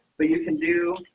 but you can do,